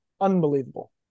unbelievable